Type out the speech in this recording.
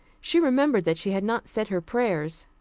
she remembered that she had not said her prayers.